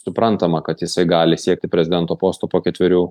suprantama kad jisai gali siekti prezidento posto po ketverių